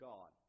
God